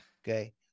Okay